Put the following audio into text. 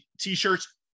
t-shirts